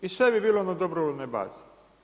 I sve bi bilo na dobrovoljnoj bazi.